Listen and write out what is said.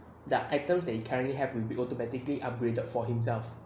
the items that you currently have rebuilt automatically upgraded for himself